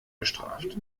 bestraft